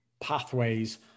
pathways